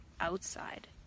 outside